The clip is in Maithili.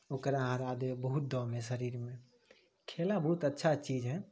ओकरा हरा देब बहुत दम हइ शरीरमे खेला बहुत अच्छा चीज हइ